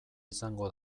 izango